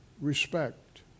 respect